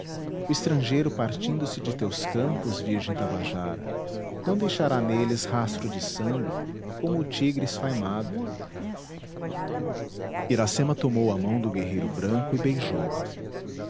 o estrangeiro partindo se de teus campos virgem tabajara não deixará neles rastro de sangue como o tigre esfaimado iracema tomou a mão do guerreiro branco e beijou-a